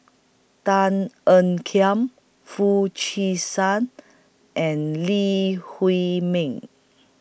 Tan Ean Kiam Foo Chee San and Lee Huei Min